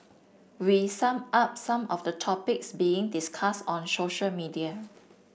we sum up some of the topics being discuss on social media